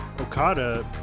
Okada